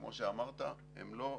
כמו שאמרת, הם לא סבוכים.